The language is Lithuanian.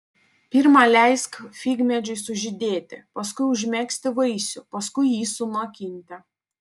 pirma leisk figmedžiui sužydėti paskui užmegzti vaisių paskui jį sunokinti